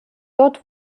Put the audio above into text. dort